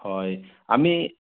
হয় আমি